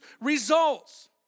results